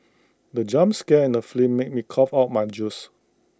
the jump scare in the flee made me cough out my juice